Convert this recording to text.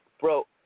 Bro